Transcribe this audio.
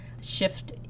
shift